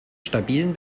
stabilen